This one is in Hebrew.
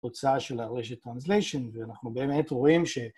הוצאה של הרשת Translation, ואנחנו באמת רואים ש...